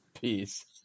Peace